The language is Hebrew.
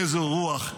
איזו רוח.